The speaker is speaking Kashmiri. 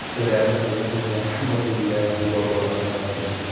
السلام علیکُم ورحمتُہ اللہ وبرکاتہوٗ